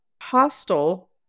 Hostel